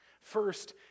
First